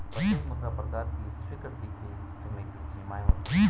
प्रत्येक मुद्रा प्रकार की स्वीकृति की सीमित सीमाएँ होती हैं